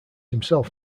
himself